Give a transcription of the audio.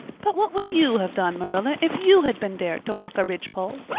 but what would you have done, marilla, if you had been dared to walk a ridgepole?